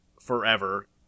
forever